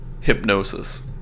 hypnosis